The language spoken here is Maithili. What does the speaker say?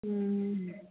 हुँअऽ